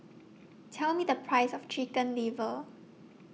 Tell Me The Price of Chicken Liver